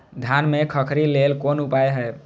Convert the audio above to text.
धान में खखरी लेल कोन उपाय हय?